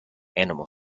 animal